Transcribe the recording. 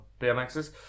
BMXs